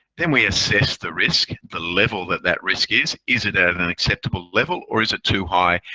then we assess the risk, the level that, that risk is. is it at and an acceptable level or is it too high,